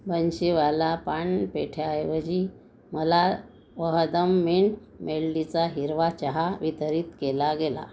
बन्सीवाला पान पेठ्याऐवजी मला वहदम मिंट मेल्डीचा हिरवा चहा वितरित केला गेला